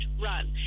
run